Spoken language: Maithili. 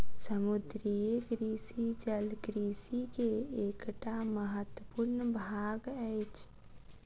समुद्रीय कृषि जल कृषि के एकटा महत्वपूर्ण भाग अछि